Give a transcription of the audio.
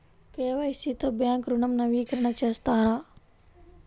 KYC తో bank ఋణం నవీకరణ చేస్తారా?